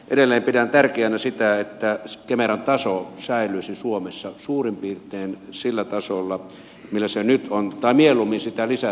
edelleen pidän tärkeänä sitä että kemeran taso säilyisi suomessa suurin piirtein sillä tasolla millä se nyt on tai mieluummin sitä lisättäisiin